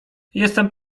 jestem